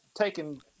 taking